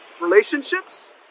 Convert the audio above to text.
relationships